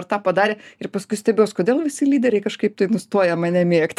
ar tą padarė ir paskui stebiuos kodėl visi lyderiai kažkaip tai nustoja mane mėgti